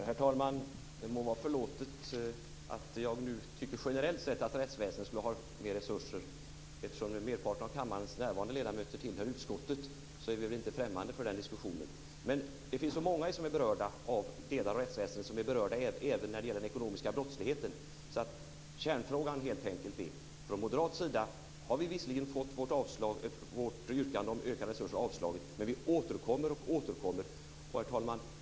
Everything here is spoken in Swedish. Herr talman! Det må vara förlåtet att jag generellt sett tycker att rättsväsendet ska ha mer resurser. Eftersom merparten av kammarens närvarande ledamöter tillhör utskottet, är vi väl inte främmande för den diskussionen. Det finns så många som är berörda av delar av rättsväsendet som även är berörda av den ekonomiska brottsligheten. Från moderat sida har vi visserligen fått vårt yrkande om ökade resurser avslaget, men vi återkommer och återkommer. Herr talman!